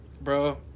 bro